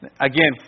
Again